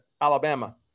Alabama